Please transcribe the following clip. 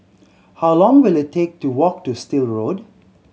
how long will it take to walk to Still Road